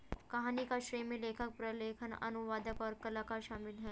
कहानी के श्रेय में लेखक, प्रलेखन, अनुवादक, और कलाकार शामिल हैं